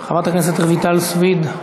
חברת הכנסת רויטל סויד,